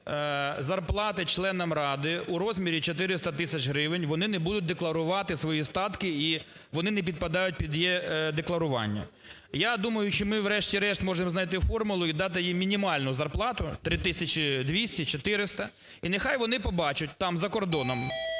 зарплати членам ради у розмірі 400 тисяч гривень, вони не будуть декларувати свої статки, і вони не підпадають під е-декларування. Я думаю, що ми, врешті-решт, можем знайти формулу і дати їм мінімальну зарплату – 3 тисячі 200… 400. І нехай вони побачать, там за кордоном